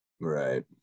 Right